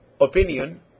opinion